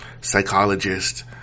psychologist